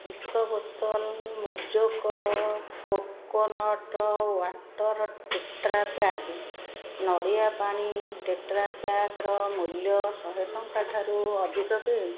ଏକ ବୋତଲ ମୋଜୋକୋ କୋକୋନଟ୍ ୱାଟର୍ ଟେଟ୍ରା ପ୍ୟାକ୍ ନଡ଼ିଆ ପାଣି ଟେଟ୍ରା ପ୍ୟାକ୍ର ମୂଲ୍ୟ ଶହେ ଟଙ୍କା ଠାରୁ ଅଧିକ କି